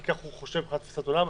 כי כך הוא חושב מבחינת תפיסת העולם,